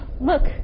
look